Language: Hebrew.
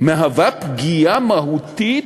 מהווה פגיעה מהותית